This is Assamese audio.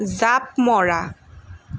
জাঁপ মৰা